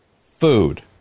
food